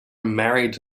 married